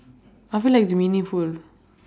I feel like it's meaningful